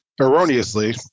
erroneously